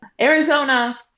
arizona